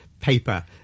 paper